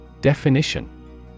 Definition